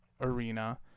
arena